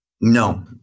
No